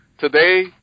Today